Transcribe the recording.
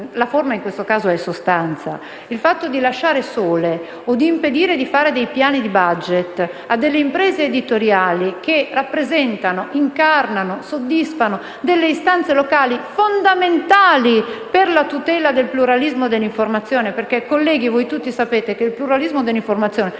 la forma è sostanza. Non si possono lasciare sole o impedire di fare dei piani di *budget* a delle impresa editoriali, che rappresentano, incarnano, soddisfano delle istanze locali fondamentali per la tutela del pluralismo dell' informazione. Colleghi, voi tutti sapete che il pluralismo dell'informazione non